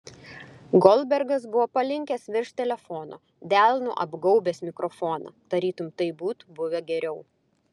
goldbergas buvo palinkęs virš telefono delnu apgaubęs mikrofoną tarytum taip būtų buvę geriau